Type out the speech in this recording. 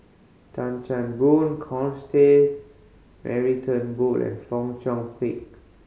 Tan Chan Boon Mary Turnbull and Fong Chong Pik